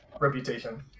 Reputation